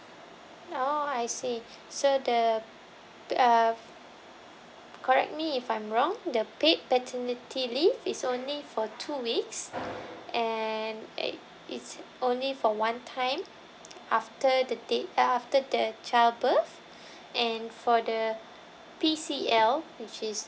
oh I see so the uh correct me if I'm wrong the paid paternity leave is only for two weeks and ec~ it's only for one time after the date uh after the child birth and for the P_C_L which is